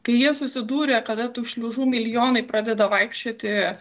kai jie susidūrė kada tu šliužų milijonai pradeda vaikščioti